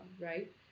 right